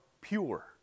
Pure